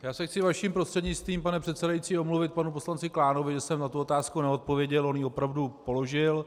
Já se chci vaším prostřednictvím, pane předsedající, omluvit panu poslanci Klánovi, že jsem na tu otázku neodpověděl, on ji opravdu položil.